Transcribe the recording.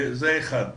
זה אחד.